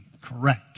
correct